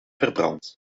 verbrand